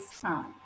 time